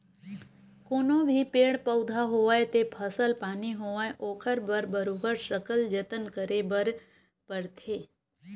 कोनो भी पेड़ पउधा होवय ते फसल पानी होवय ओखर बर बरोबर सकल जतन करे बर परथे